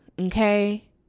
Okay